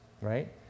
Right